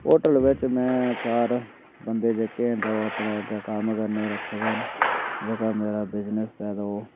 hotel बिच में चार बंदे जेह्के ओह् कम्म करने ई रक्खे दे न जेह्ड़ा मेरा बिजनस ऐ ते ओह्